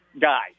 guy